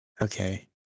Okay